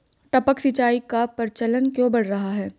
टपक सिंचाई का प्रचलन क्यों बढ़ रहा है?